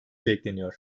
bekleniyor